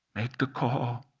make the call.